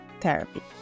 Therapy